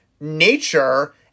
nature